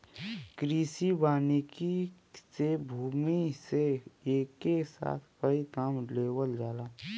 कृषि वानिकी से भूमि से एके साथ कई काम लेवल जाला